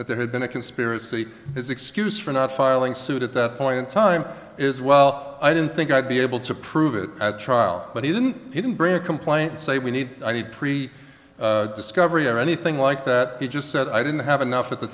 that there had been a conspiracy his excuse for not filing suit at that point in time is well i didn't think i'd be able to prove it at trial but he didn't he didn't bring a complaint say we need i need three discovery or anything like that he just said i didn't have enough at the